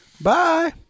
Bye